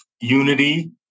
unity